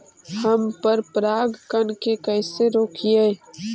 हम पर परागण के कैसे रोकिअई?